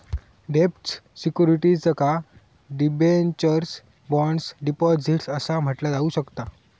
डेब्ट सिक्युरिटीजका debentures, bonds, deposits असा म्हटला जाऊ शकता